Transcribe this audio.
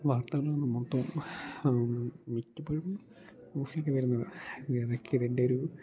വാർത്തകളാണ് മൊത്തവും മിക്കപ്പോഴും ന്യൂസിലൊക്കെ വരുന്നത് ഇതൊക്കെ ഇതിൻ്റെയൊരു